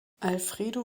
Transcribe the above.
alfredo